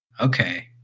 Okay